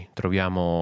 troviamo